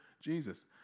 Jesus